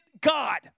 God